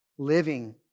living